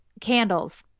Candles